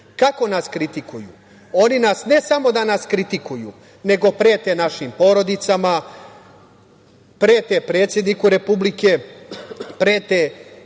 nas kritikuju? Oni ne samo da nas kritikuju, nego prete našim porodicama, prete predsedniku Republike, prete